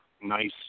nice